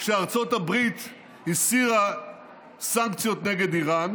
שארצות הברית הסירה סנקציות נגד איראן,